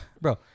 bro